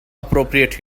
appropriate